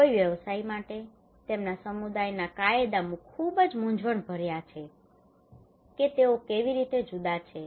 કોઈ વ્યવસાયી માટે તેમના સમુદાયના કાયદા ખૂબ મૂંઝવણભર્યા છે કે તેઓ કેવી રીતે જુદા છે